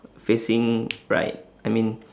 facing right I mean